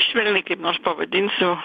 švelniai kaip nors pavadinsiu